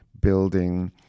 building